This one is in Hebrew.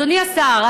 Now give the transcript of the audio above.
אדוני השר,